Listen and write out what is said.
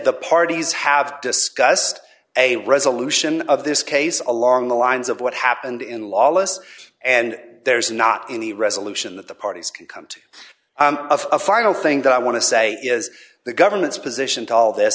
the parties have discussed a resolution of this case along the lines of what happened in lawless and there's not any resolution that the parties can come to a final thing that i want to say is the government's position to all this